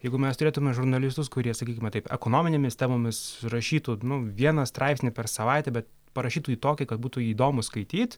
jeigu mes turėtume žurnalistus kurie sakykime taip ekonominėmis temomis rašytų nu vieną straipsnį per savaitę bet parašytų jį tokį kad būtų jį įdomu skaityt